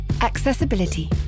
Accessibility